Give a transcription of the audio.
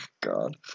God